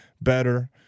better